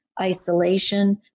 isolation